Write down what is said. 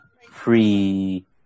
free